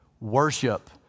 Worship